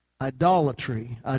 idolatry